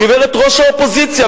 גברת ראש האופוזיציה,